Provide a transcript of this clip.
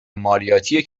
مالیاتی